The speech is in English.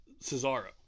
Cesaro